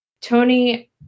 Tony